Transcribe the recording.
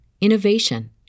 innovation